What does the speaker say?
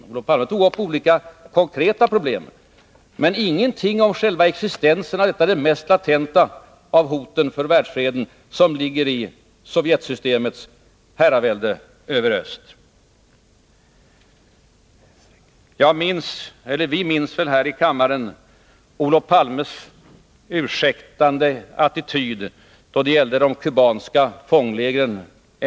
Olof Palme tog upp olika konkreta problem men sade ingenting om existensen av detta det mest latenta hotet mot världsfreden — det sovjetiska systemets på tvång och militär styrka vilande herravälde över Östeuropa. Vi minns väl alla här i kammaren Olof Palmes ursäktande attityd en gång i tiden då det gällde de kubanska fånglägren.